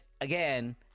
again